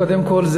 קודם כול,